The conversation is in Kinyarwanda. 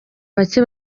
bake